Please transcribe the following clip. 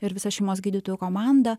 ir visa šeimos gydytojų komanda